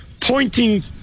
pointing